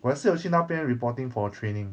我也是有去那边 reporting for training